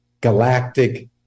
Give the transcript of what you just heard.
galactic